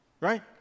Right